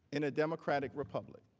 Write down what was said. in a democratic republic.